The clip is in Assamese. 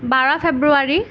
বাৰ ফেব্ৰুৱাৰী